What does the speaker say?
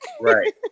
Right